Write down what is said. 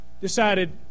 decided